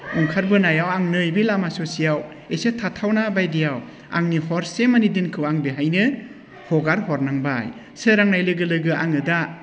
ओंखारबोनायाव आं नै बे लामा ससेयाव एसे थाथावना बायदियाव आंनि हरसेमानि दिनखौ आं बेवहायनो हरगारहरनांबाय सोरांनाय लोगो लोगो आङो दा